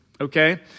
okay